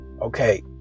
Okay